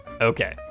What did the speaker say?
Okay